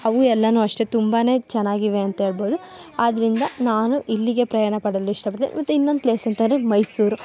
ಅವು ಎಲ್ಲಾನು ಅಷ್ಟೆ ತುಂಬಾ ಚೆನ್ನಾಗಿವೆ ಅಂತೇಳ್ಬೋದು ಆದ್ದರಿಂದ ನಾನು ಇಲ್ಲಿಗೆ ಪ್ರಯಾಣಪಡಲು ಇಷ್ಟಪಡ್ತೆ ಮತ್ತು ಇನ್ನೊಂದು ಪ್ಲೇಸ್ ಅಂತಂದ್ರೆ ಮೈಸೂರು